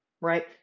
right